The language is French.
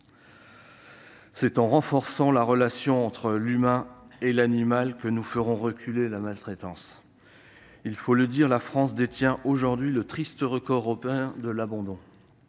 C'est en renforçant la relation entre l'humain et l'animal que nous ferons reculer la maltraitance. La France détient aujourd'hui le triste record européen de l'abandon